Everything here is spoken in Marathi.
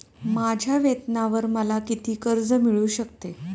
माझ्या वेतनावर मला किती कर्ज मिळू शकते?